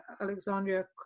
Alexandria